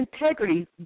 integrity